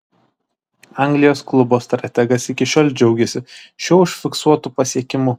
anglijos klubo strategas iki šiol džiaugiasi šiuo užfiksuotu pasiekimu